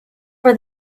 for